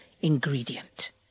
ingredient